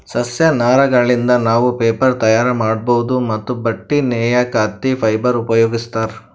ಸಸ್ಯ ನಾರಗಳಿಂದ್ ನಾವ್ ಪೇಪರ್ ತಯಾರ್ ಮಾಡ್ಬಹುದ್ ಮತ್ತ್ ಬಟ್ಟಿ ನೇಯಕ್ ಹತ್ತಿ ಫೈಬರ್ ಉಪಯೋಗಿಸ್ತಾರ್